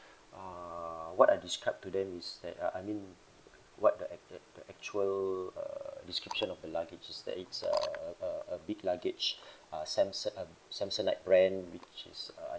uh what I described to them is that uh I mean what the ac~ the actual err description of the luggage is that it's a a a big luggage uh samsom~ um samsonite brand which is uh I